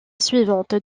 suivante